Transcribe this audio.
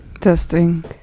testing